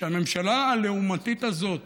שהממשלה הלעומתית הזאת